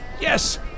Yes